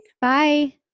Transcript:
Bye